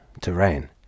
terrain